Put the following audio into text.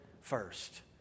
first